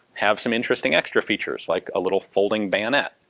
have some interesting extra features like a little folding bayonet